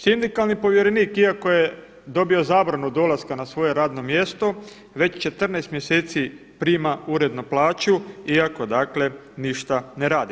Sindikalni povjerenik iako je dobio zabranu dolaska na svoje radno mjesto, već 14 mjeseci prima uredno plaću iako ništa ne radi.